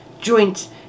joint